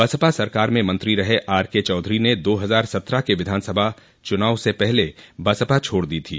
बसपा सरकार में मंत्री रहे आरके चौधरी ने दो हजार सत्रह के विधान सभा चुनाव से पहले बसपा छोड़ दी थी